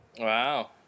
Wow